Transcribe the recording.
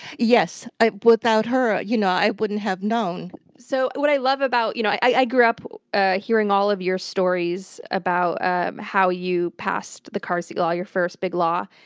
yes. without her, you know, i wouldn't have known. so, what i love about you know i grew up ah hearing all of your stories about and how you passed the car seat law, your first big law.